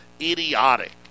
idiotic